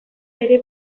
bere